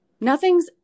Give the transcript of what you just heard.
nothing's